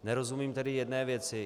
Nerozumím tedy jedné věci.